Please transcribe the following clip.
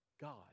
God